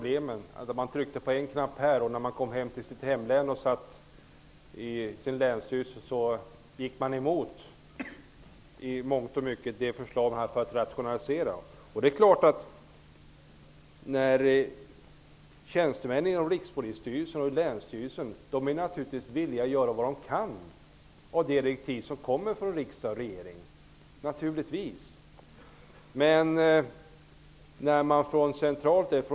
Ledamöterna tryckte på en knapp vid voteringarna här i riksdagen, men gick i mångt och mycket emot rationaliseringsförslagen när de diskuterades i länsstyrelsen i hemlänet. Tjänstemännen inom Rikspolisstyrelsen och inom länsstyrelserna är naturligtvis villiga att göra vad de kan av de direktiv som kommer från riksdag och regering.